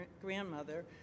grandmother